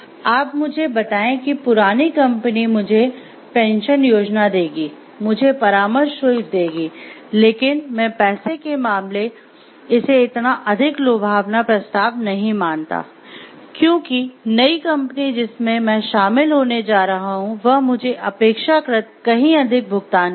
आप मुझे बताएं कि पुरानी कम्पनी मुझे पेंशन योजना देगी मुझे परामर्श शुल्क देगी लेकिन मैं पैसे के मामले इसे इतना अधिक लुभावना प्रस्ताव नहीं मानता क्योंकि नई कंपनी जिसमें मैं शामिल होने जा रहा हूँ वह मुझे अपेक्षाकृत कहीं अधिक भुगतान करेगी